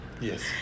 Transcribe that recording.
Yes